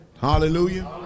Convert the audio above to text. Hallelujah